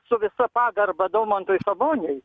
su visa pagarba domantui saboniui